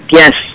yes